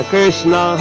Krishna